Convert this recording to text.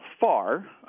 far